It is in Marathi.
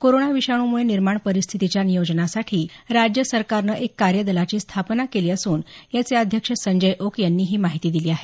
कोरोना विषाणूमुळे निर्माण परिस्थितीच्या नियोजनासाठी राज्य सरकारनं एक कार्यदलाची स्थापना केली असून याचे अध्यक्ष संजय ओक यांनी ही माहिती दिली आहे